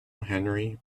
henry